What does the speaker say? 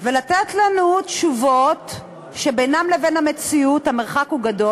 ולתת לנו תשובות שהמרחק בינן לבין המציאות הוא גדול,